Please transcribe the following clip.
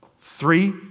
Three